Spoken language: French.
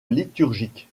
liturgique